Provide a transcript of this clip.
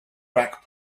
back